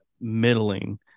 middling